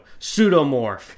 Pseudomorph